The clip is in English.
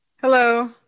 Hello